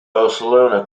barcelona